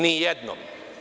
Ni jednom.